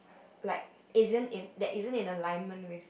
like isn't in that isn't in alignment with